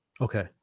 Okay